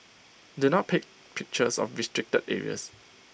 do not take pictures of restricted areas